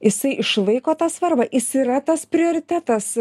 jisai išlaiko tą svarbą jis yra tas prioritetas